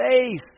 face